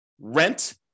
rent